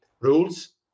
rules